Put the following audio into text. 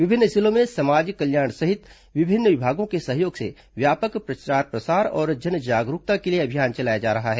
विभिन्न जिलों में समाज कल्याण सहित विभिन्न विभागों के सहयोग से व्यापक प्रसार प्रसार और जनजागरूकता के लिए अभियान चलाया जा रहा है